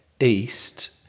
east